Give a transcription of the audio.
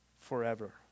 forever